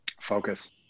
Focus